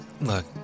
look